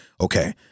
okay